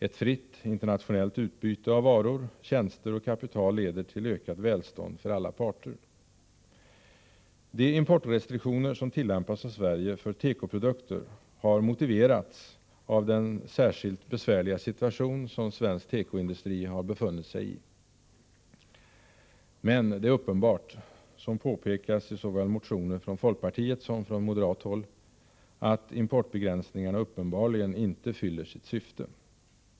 Ett fritt internationellt utbyte av varor, tjänster och kapital leder till ökat välstånd för alla parter. De importrestriktioner som tillämpas av Sverige för tekoprodukter har motiverats av den särskilt besvärliga situation som svensk tekoindustri har befunnit sig i. Men det är uppenbart, som påpekas i motioner såväl från folkpartiet som från moderat håll, att importbegränsningarna inte fyller sitt syfte.